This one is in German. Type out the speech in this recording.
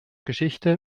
geschichte